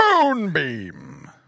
Moonbeam